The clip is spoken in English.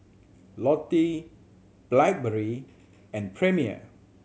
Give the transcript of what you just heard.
Lotte Blackberry and Premier